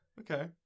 Okay